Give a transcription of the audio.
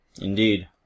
Indeed